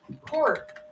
court